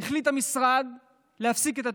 החליט המשרד להפסיק את התוכנית.